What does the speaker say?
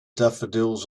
daffodils